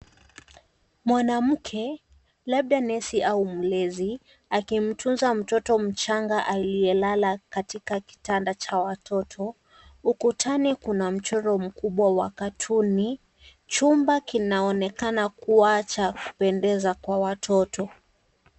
Mwanamke labda nesi au mlezi akimtunza mtoto mchanga aliyelala katika kitanda cha watoto. Ukutani kuna mchoro mkubwa wa katuni. Chumba kinaonekana kuwa cha kupendeza kwa watoto.